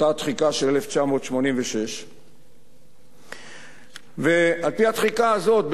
אותה תחיקה של 1986. על-פי התחיקה הזאת,